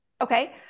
Okay